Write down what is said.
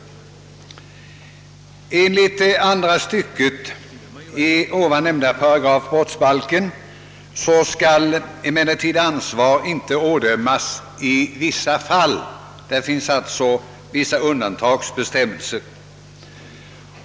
Enligt andra stycket i nyssnämnda paragraf brottsbalken skall emellertid ansvar i vissa fall inte ådömas. Det finns alltså vissa undantagsbestämmelser.